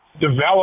develop